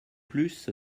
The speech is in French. plus